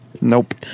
nope